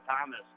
Thomas